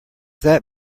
that